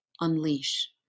unleash